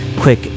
quick